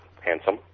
handsome